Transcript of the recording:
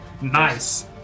nice